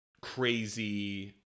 crazy